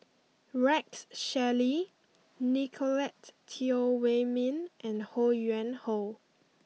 Rex Shelley Nicolette Teo Wei Min and Ho Yuen Hoe